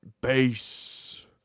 base